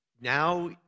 now